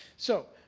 so,